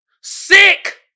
Sick